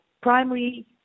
primary